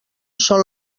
són